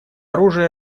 оружие